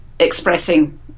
expressing